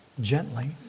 gently